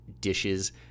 dishes